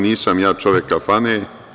Nisam ja čovek kafane.